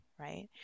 right